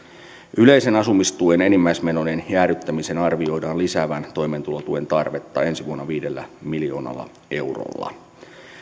yleisen asumistuen enimmäismenojen jäädyttämisen arvioidaan lisäävän toimeentulotuen tarvetta ensi vuonna viidellä miljoonalla eurolla myös